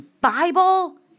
Bible